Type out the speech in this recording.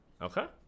okay